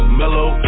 mellow